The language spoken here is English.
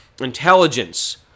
intelligence